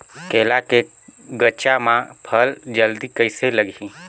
केला के गचा मां फल जल्दी कइसे लगही?